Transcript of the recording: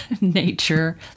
nature